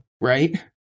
right